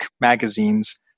magazines